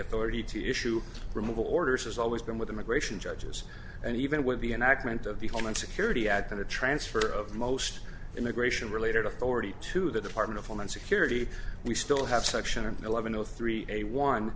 authority to issue removal orders has always been with immigration judges and even with be an accident of the homeland security at than a transfer of most immigration related authority to the department of homeland security we still have section an eleven o three a one